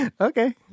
Okay